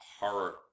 horror